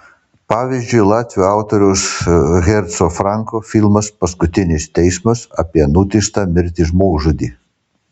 pavyzdžiui latvių autoriaus herco franko filmas paskutinis teismas apie nuteistą mirti žmogžudį